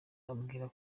ambwira